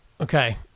Okay